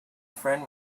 friend